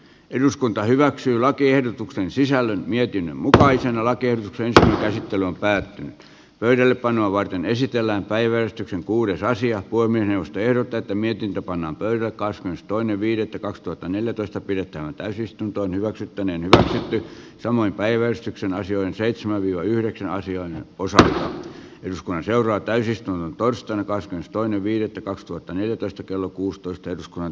eduskunta hyväksyi lakiehdotuksen sisällön mietin mutkaisella kierteitä näyttely on päättynyt pöydällepanoa varten esitellään päivetyksen kuuden raisio voimme tehdä tätä mietintä pannaan toiveikas myös toinen viidettä kaksituhattaneljätoista pidettävään täysistuntoon hyväksytty niin että nyt oman päivystyksen asioihin seitsemän ja yhdeksän asiaa osa joskaan seuraa täysistunnon taustaa vasten toinen viidettä kaksituhattaneljätoista kello näkemyksen kanssa